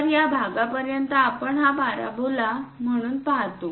तर या भागापर्यंत आपण हा पॅराबोला म्हणून पाहतो